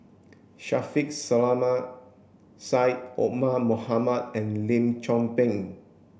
Shaffiq Selamat Syed Omar Mohamed and Lim Chong Pang